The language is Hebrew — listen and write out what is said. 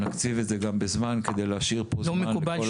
נקציב את זה גם בזמן כדי להשאיר זמן גם לאחרים לדבר.